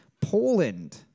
Poland